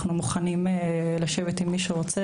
אנחנו מוכנים לשבת עם מי שרוצה,